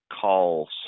calls